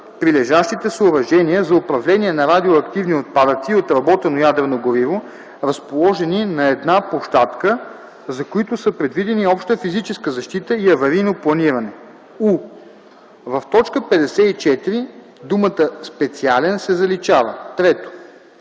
прилежащите съоръжения за управление на радиоактивни отпадъци и отработено ядрено гориво, разположени на една площадка, за които са предвидени обща физическа защита и аварийно планиране.”; у) в т. 54 думата „специален” се заличава. 3.